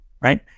right